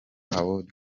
award